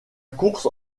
course